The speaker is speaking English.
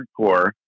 hardcore